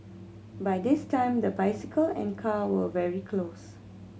by this time the bicycle and car were very close